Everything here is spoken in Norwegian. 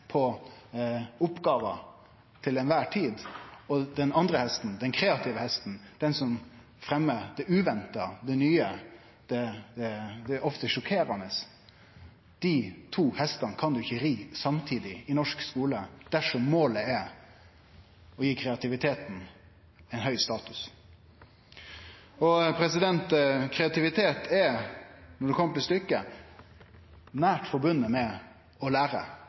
på oppgåver til eikvar tid. Den andre hesten er den kreative hesten, den som fremjar det uventa, det nye og ofte det sjokkerande. Dei to hestane kan ein ikkje ri samtidig i norsk skule dersom målet er å gi kreativiteten høg status. Kreativitet er, når det kjem til stykket, nært bunden saman med å lære.